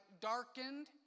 darkened